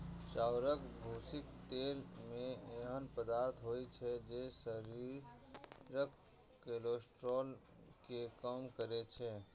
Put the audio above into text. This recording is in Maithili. चाउरक भूसीक तेल मे एहन पदार्थ होइ छै, जे शरीरक कोलेस्ट्रॉल कें कम करै छै